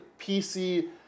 PC